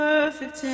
Perfect